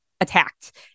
attacked